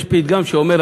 יש פתגם שאומר,